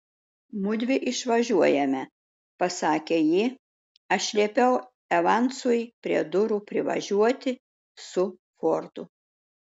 mudvi išvažiuojame pasakė ji aš liepiau evansui prie durų privažiuoti su fordu